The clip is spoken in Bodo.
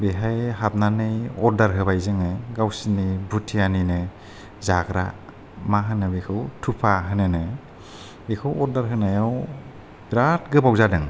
बेहाय हाबनानै अरडार होबाय जोङो गावसिनि भुटियानिनो जाग्रा माहोनो बेखौ थुकपा होनो नो बेखौ अरदार होनायाव बिराद गोबाव जादों